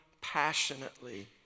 passionately